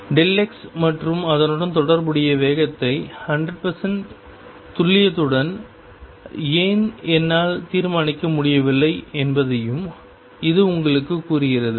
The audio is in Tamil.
x மற்றும் அதனுடன் தொடர்புடைய வேகத்தை 100 துல்லியத்துடன் ஏன் என்னால் தீர்மானிக்க முடியவில்லை என்பதையும் இது உங்களுக்குக் கூறுகிறது